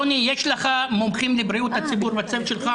רוני יש לך מומחים ערבים לבריאות הציבור בצוות שלך?